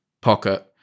pocket